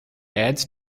ads